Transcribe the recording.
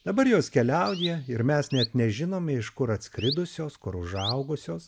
dabar jos keliauja ir mes net nežinome iš kur atskridusios kur užaugusios